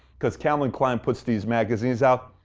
because calvin klein put these magazines out,